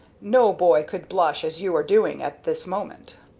no boy could blush as you are doing at this moment.